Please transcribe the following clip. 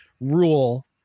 rule